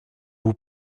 vous